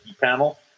panel